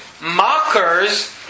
mockers